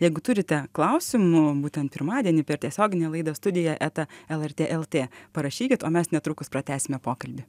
jeigu turite klausimų būtent pirmadienį per tiesioginę laidą studija eta lrt lt parašykit o mes netrukus pratęsime pokalbį